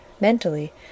mentally